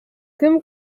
кем